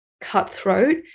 cutthroat